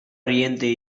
riente